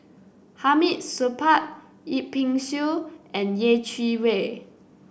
Hamid Supaat Yip Pin Xiu and Yeh Chi Wei